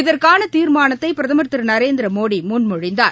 இதற்கான தீர்மானத்தை பிரதமர் திரு நரேந்திரமோடி முன்மொழிந்தார்